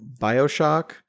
bioshock